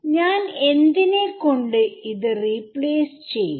ഞാൻ എന്തിനെ കൊണ്ട് ഇത് റീപ്ലേസ് ചെയ്യും